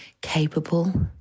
capable